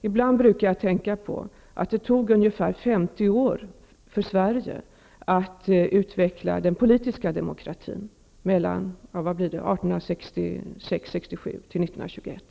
Ibland brukar jag tänka på att det tog ungefär 50 år för Sverige att utveckla den politiska demokratin, från 1866 till 1921.